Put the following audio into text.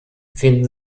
finden